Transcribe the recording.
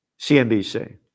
CNBC